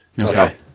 Okay